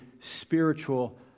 spiritual